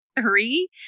three